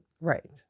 right